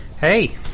Hey